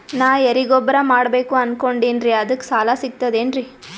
ನಾ ಎರಿಗೊಬ್ಬರ ಮಾಡಬೇಕು ಅನಕೊಂಡಿನ್ರಿ ಅದಕ ಸಾಲಾ ಸಿಗ್ತದೇನ್ರಿ?